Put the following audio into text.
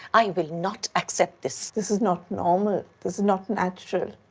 i will not accept this. this is not normal. this is not natural.